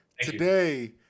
today